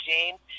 James